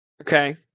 Okay